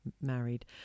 married